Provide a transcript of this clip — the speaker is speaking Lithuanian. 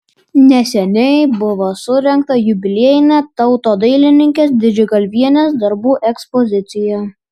neseniai buvo surengta jubiliejinė tautodailininkės didžgalvienės darbų ekspozicija